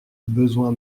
besoin